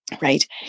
right